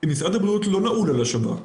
משרד הבריאות לא נעול על השב"כ.